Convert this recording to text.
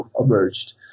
emerged